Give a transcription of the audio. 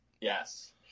Yes